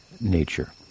nature